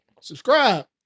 subscribe